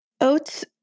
Oats